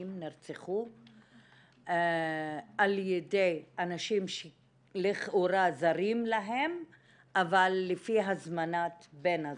נרצחו על ידי אנשים שלכאורה זרים להן אבל לפי הזמנת בן הזוג.